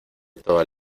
toda